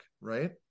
Right